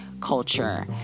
culture